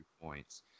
points